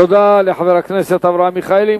תודה לחבר הכנסת אברהם מיכאלי.